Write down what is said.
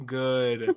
good